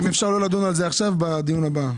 אם אפשר לא לדון בזה עכשיו אלא בדיון הבא.